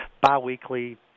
bi-weekly